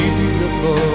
beautiful